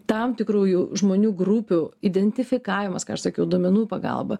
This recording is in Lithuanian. tam tikrųjų žmonių grupių identifikavimas ką aš sakiau duomenų pagalba